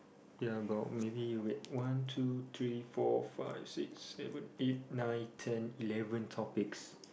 there are about maybe wait one two three four five six seven eight nine ten eleven topics